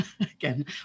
again